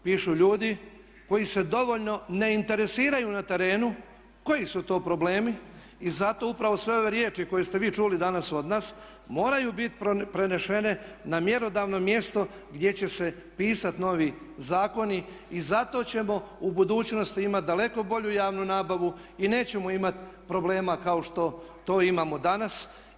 Pišu ljudi koji se dovoljno ne interesiraju na terenu koji su to problemi i zato upravo sve ove riječi koje ste vi čuli danas od nas moraju bit prenešene na mjerodavno mjesto gdje će se pisat novi zakoni i zato ćemo u budućnosti imati daleko bolju javnu nabavu i nećemo imati problema kao što to imamo danas.